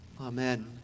Amen